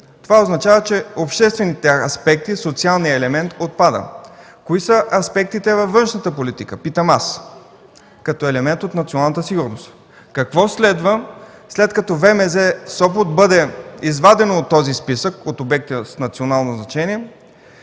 Това означава, че от обществените аспекти социалният елемент отпада. Кои са аспектите във външната политика, питам аз, като елемент от националната сигурност? Какво следва, след като ВМЗ – Сопот, бъде извадено от списъка на обекти с национално значение?